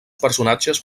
personatges